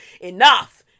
enough